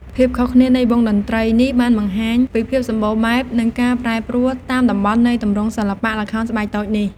ភាពខុសគ្នានៃវង់តន្ត្រីនេះបានបង្ហាញពីភាពសម្បូរបែប និងការប្រែប្រួលតាមតំបន់នៃទម្រង់សិល្បៈល្ខោនស្បែកតូចនេះ។